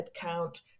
headcount